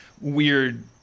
weird